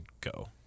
go